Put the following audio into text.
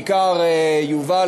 בעיקר יובל,